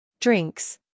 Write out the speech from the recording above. Drinks